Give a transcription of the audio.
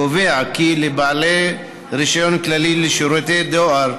קובע כי לבעלי רישיון כללי לשירותי דואר,